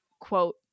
quote